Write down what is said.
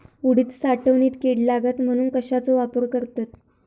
उडीद साठवणीत कीड लागात म्हणून कश्याचो वापर करतत?